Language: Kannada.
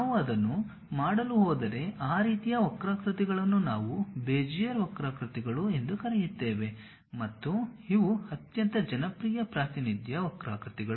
ನಾವು ಅದನ್ನು ಮಾಡಲು ಹೋದರೆ ಆ ರೀತಿಯ ವಕ್ರಾಕೃತಿಗಳನ್ನು ನಾವು ಬೆಜಿಯರ್ ವಕ್ರಾಕೃತಿಗಳು ಎಂದು ಕರೆಯುತ್ತೇವೆ ಮತ್ತು ಇವು ಅತ್ಯಂತ ಜನಪ್ರಿಯ ಪ್ರಾತಿನಿಧ್ಯ ವಕ್ರಾಕೃತಿಗಳು